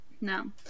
No